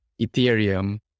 Ethereum